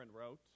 wrote